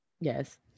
yes